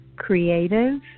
Creative